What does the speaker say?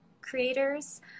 creators